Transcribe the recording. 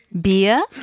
beer